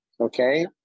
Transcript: Okay